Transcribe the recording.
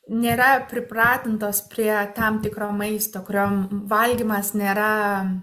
nėra pripratintos prie tam tikro maisto kuriom valgymas nėra